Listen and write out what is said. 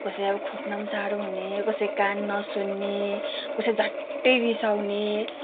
कसै अब खोक्न पनि साह्रो हुने कसै कान नसुन्ने कसै झट्टै रिसाउने